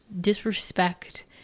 disrespect